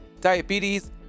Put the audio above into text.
diabetes